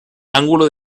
ángulo